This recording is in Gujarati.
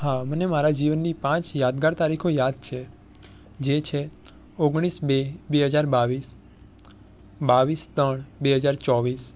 હા મને મારા જીવનની પાંચ યાદગાર તારીખો યાદ છે જે છે ઓગણીસ બે બે હજાર બાવીસ બાવીસ ત્રણ બે હજાર ચોવીસ